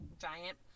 giant